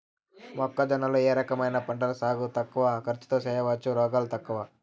మొక్కజొన్న లో ఏ రకమైన పంటల సాగు తక్కువ ఖర్చుతో చేయచ్చు, రోగాలు తక్కువ?